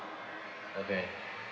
okay